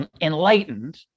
enlightened